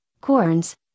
corns